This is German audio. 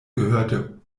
gehörte